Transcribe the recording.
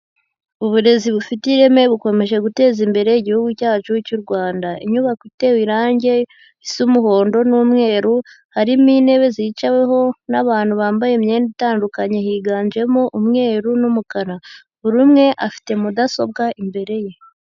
Uburezi bufite ireme bukomeje guteza imbere igihugu cyacu cy'u Rwanda. Inyubako iteye irangi risa umuhondo n'umweru, harimo intebe zicaweho n'abantu bambaye imyenda itandukanye, higanjemo umweru n'umukara, buri umwe afite mudasobwa imbere ye.